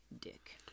dick